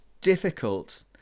difficult